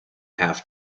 have